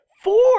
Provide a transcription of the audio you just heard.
Four